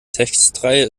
testreihe